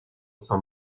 sans